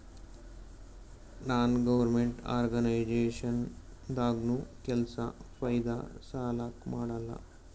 ನಾನ್ government organization ದಾಗ್ನು ಕೆಲ್ಸಾ ಫೈದಾ ಸಲಾಕ್ ಮಾಡಲ್ಲ